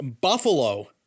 Buffalo